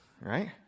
Right